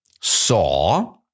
saw